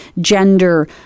gender